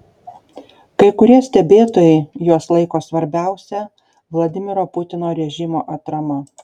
kai kurie stebėtojai juos laiko svarbiausia vladimiro putino režimo atrama